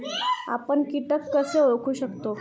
आपण कीटक कसे ओळखू शकतो?